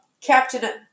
Captain